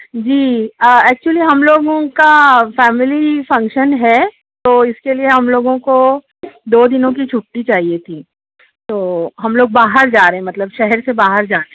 جی actually ہم لوگوں کا فیملی فنکشن ہے تو اِس کے لیے ہم لوگوں کو دو دِنوں کی چُھٹی چاہیے تھی تو ہم لوگ باہر جا رہے ہیں مطلب شہر سے باہر جا رہے ہیں